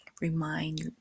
remind